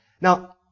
Now